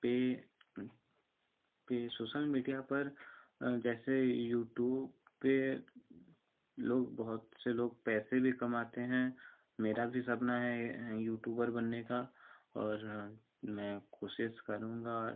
पर पर social media पर जैसे यूटूब पर लोग बहुत से लोग पैसे भी कमाते हैं मेरा भी सपना है यूटूबर बनने का और मैं कोशिश करूँगा